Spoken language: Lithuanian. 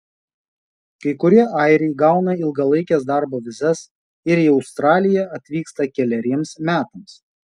kai kurie airiai gauna ilgalaikes darbo vizas ir į australiją atvyksta keleriems metams